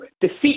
Defeat